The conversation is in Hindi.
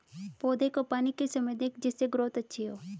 पौधे को पानी किस समय दें जिससे ग्रोथ अच्छी हो?